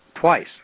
twice